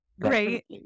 great